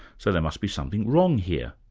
so there must be something wrong here.